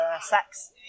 sex